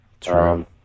True